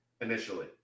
initially